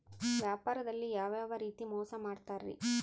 ವ್ಯಾಪಾರದಲ್ಲಿ ಯಾವ್ಯಾವ ರೇತಿ ಮೋಸ ಮಾಡ್ತಾರ್ರಿ?